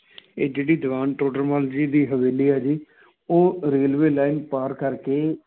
ਇਹ ਜਿਹੜੀ ਦੀਵਾਨ ਟੋਡਰ ਮਲ ਜੀ ਦੀ ਹਵੇਲੀ ਆ ਜੀ ਉਹ ਰੇਲਵੇ ਲਾਈਨ ਪਾਰ ਕਰਕੇ